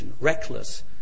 reckless